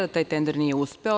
Taj tender nije uspeo.